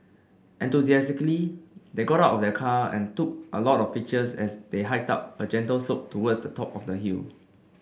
enthusiastically they got of the car and took a lot of pictures as they hiked up a gentle slope towards the top of the hill